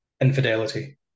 infidelity